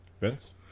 Vince